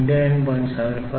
005 G1 28